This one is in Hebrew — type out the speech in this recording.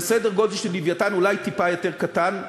זה סדר גודל של "לווייתן", אולי טיפה יותר קטן.